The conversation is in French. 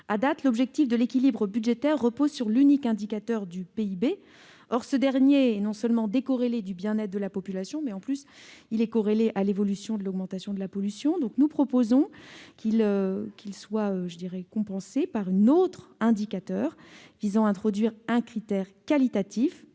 l'objectif de l'équilibre budgétaire repose sur l'unique indicateur du PIB. Or ce dernier est non seulement décorrélé du bien-être de la population, mais il est lié également à l'augmentation de la pollution. Nous proposons donc qu'il soit compensé par un autre indicateur. Cet amendement vise ainsi à introduire un critère qualitatif